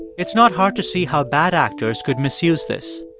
it's not hard to see how bad actors could misuse this,